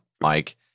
Mike